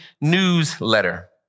newsletter